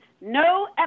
no